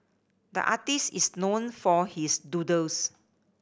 the artist is known for his doodles